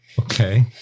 Okay